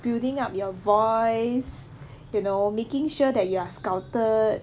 building up your voice you know making sure that you are sculpted